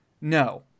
No